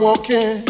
Walking